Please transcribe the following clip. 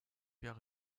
jahre